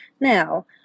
Now